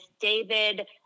David